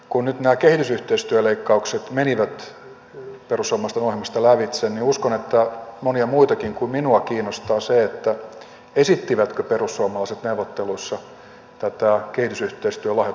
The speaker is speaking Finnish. kun nyt nämä kehitysyhteistyöleikkaukset menivät perussuomalaisten ohjelmasta lävitse niin uskon että monia muitakin kuin minua kiinnostaa se esittivätkö perussuomalaiset neuvotteluissa tätä kehitysyhteistyölahjoitusten verovähennysmahdollisuutta oikeutta